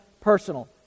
personal